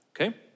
okay